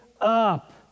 up